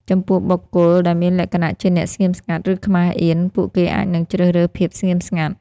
ចំពោះបុគ្គលដែលមានលក្ខណៈជាអ្នកស្ងៀមស្ងាត់ ឬខ្មាសអៀន ពួកគេអាចនឹងជ្រើសរើសភាពស្ងៀមស្ងាត់។